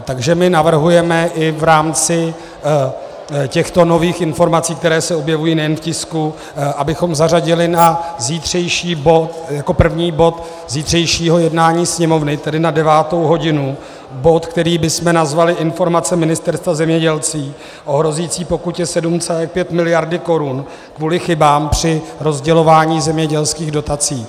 Takže my navrhujeme i v rámci těchto nových informací, které se objevují nejen v tisku, abychom zařadili jako první bod zítřejšího jednání Sněmovny, tedy na devátou hodinu, bod, který bychom nazvali Informace Ministerstva zemědělství o hrozící pokutě 7,5 mld. korun kvůli chybám při rozdělování zemědělských dotací.